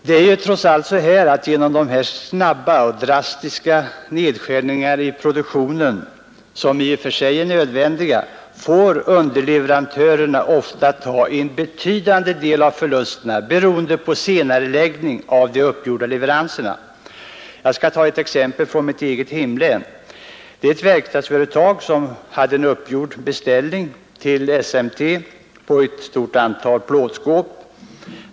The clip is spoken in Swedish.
I samband med de här snabba, drastiska nedskärningarna i produktionen, som i och för sig är nödvändiga, får nämligen underleverantörerna ofta ta en betydande del av förlusterna, beroende på senareläggning av de uppgjorda leveranserna. Jag skall ta ett exempel från mitt eget hemlän. Ett verkstadsföretag hade en uppgjord beställning från SMT på ett stort antal plåtskåp.